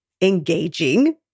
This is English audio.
engaging